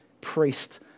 priest